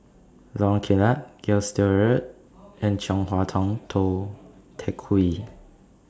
Lorong Kilat Gilstead Road and Chong Hua Tong Tou Teck Hwee